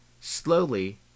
Slowly